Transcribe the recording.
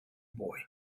boy